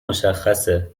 مشخصه